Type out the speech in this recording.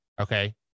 Okay